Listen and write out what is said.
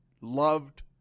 loved